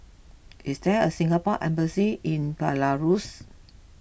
is there a Singapore Embassy in Belarus